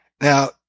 Now